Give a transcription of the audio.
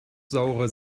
saure